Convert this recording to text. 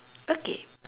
okay